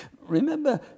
Remember